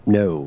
no